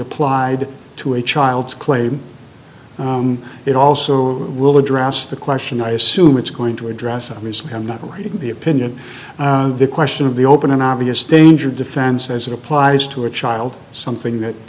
applied to a child's claim it also will address the question i assume it's going to address obviously i'm not writing the opinion of the question of the open an obvious danger defense as it applies to a child something that